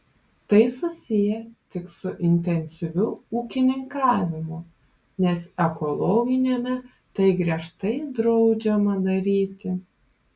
tai susiję tik su intensyviu ūkininkavimu nes ekologiniame tai griežtai draudžiama daryti